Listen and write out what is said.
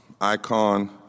icon